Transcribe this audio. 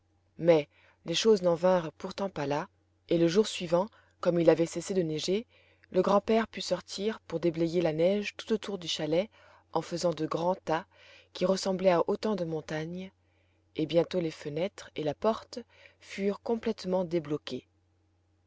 mais les choses n'en vinrent pourtant pas là et le jour suivant comme il avait cessé de neiger le grand-père put sortir pour déblayer la neige tout autour du chalet en faisant de grands tas qui ressemblaient à autant de montagnes et bientôt les fenêtres et la porte furent complètement débloquées